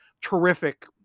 terrific